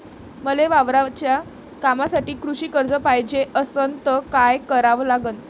मले वावराच्या कामासाठी कृषी कर्ज पायजे असनं त काय कराव लागन?